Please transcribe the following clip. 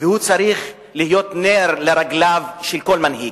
והוא צריך להיות נר לרגליו של כל מנהיג,